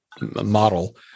model